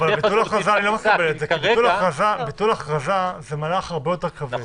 ביטול הכרזה זה מהלך הרבה יותר כבד.